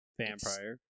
Vampire